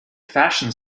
fashion